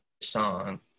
song